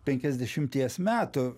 penkiasdešimties metų